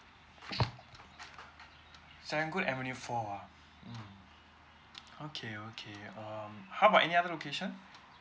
serangoon avenue four ah mm okay okay um how about any other location